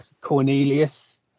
Cornelius